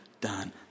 done